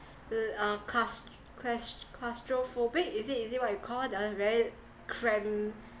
mm uh cas~ quest claustrophobic is it is it what you call the very cramped